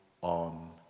on